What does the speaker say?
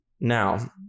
now